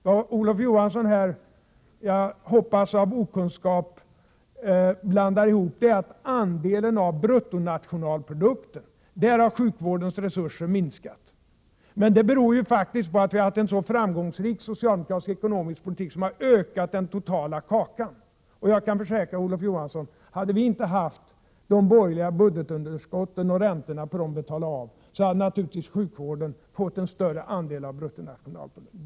Vad Olof Johansson här, jag hoppas av okunskap, blandar ihop är att när det gäller andelen av bruttonationalprodukten har sjukvårdens resurser minskat. Det beror faktiskt på att vi har haft en framgångsrik socialdemokratisk ekonomisk politik som har ökat den totala kakan. Jag kan försäkra Olof Johansson, att om vi inte hade haft de borgerliga budgetunderskotten och räntorna på dem att betala, hade sjukvården naturligtvis fått en större andel av bruttonationalprodukten.